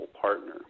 partner